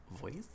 voice